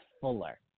Fuller